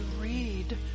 read